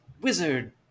wizard